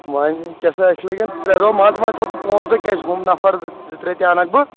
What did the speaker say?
وۄنۍ کیاہ سا اَسہِ لگن ترٛےٚ دۄہ مان ژٕ وۄنۍ تھاو ژٕ پانٛژھ دۄہ کیازِ ہُم نَفَر زٕ ترٛےٚ تہِ اَنَکھ بہٕ